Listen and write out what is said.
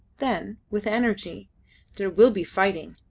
then with energy there will be fighting.